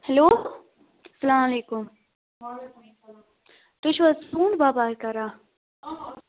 hello سلام علیکُم وعلیکُم سَلام تُہۍ چھِو حظ ژوٗنٹھ باپار کَران